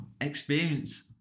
experience